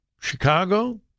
Chicago